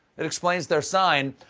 it explains their sign,